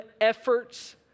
efforts